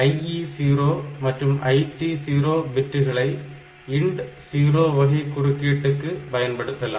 IE0 மற்றும் IT0 பிட்டுகளை INT0 வகை குறுக்கீட்டுக்கு பயன்படுத்தலாம்